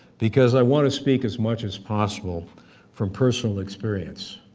because i want to speak as much as possible from personal experience.